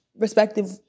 respective